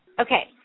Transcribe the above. Okay